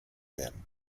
werden